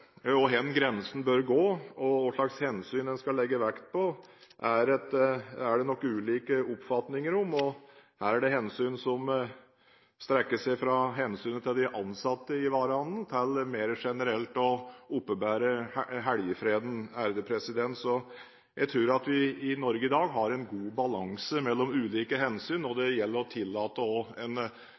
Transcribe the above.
nok ulike oppfatninger om – det er hensyn som strekker seg fra hensynet til de ansatte i varehandelen til mer generelt å oppebære helgefreden. Jeg tror at vi i Norge i dag har en god balanse mellom ulike hensyn når det gjelder å tillate